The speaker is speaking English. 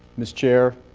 ms. chair,